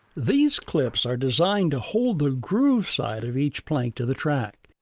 these clips are designed to hold the groove side of each plank to the track.